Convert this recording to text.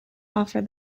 offer